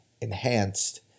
enhanced